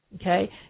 Okay